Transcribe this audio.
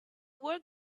work